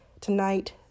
tonight